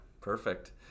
perfect